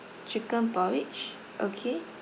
chicken porridge okay